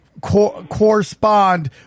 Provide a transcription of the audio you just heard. correspond